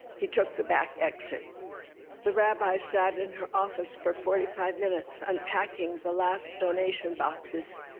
he took the back exit the rabbi sat in her office for forty five minutes, unpacking the last donation boxes,